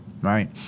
right